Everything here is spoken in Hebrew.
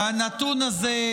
והינה,